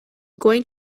going